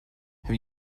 have